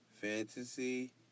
Fantasy